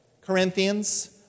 Corinthians